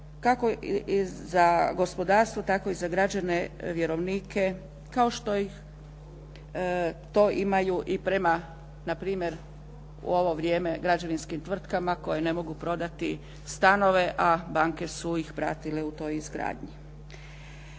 kako za gospodarstvo tako i za građane vjerovnike kao što ih to imaju i prema na primjer u ovo vrijeme građevinskim tvrtkama koje ne mogu prodati stanove a banke su ih pratile u toj izgradnji.